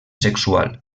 sexual